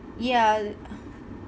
ya